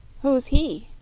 who's he?